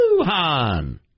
Wuhan